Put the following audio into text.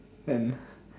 and